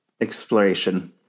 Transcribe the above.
exploration